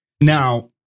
now